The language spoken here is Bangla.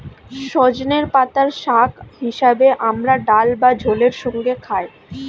সজনের পাতা শাক হিসেবে আমরা ডাল বা ঝোলের সঙ্গে খাই